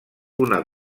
una